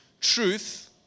Truth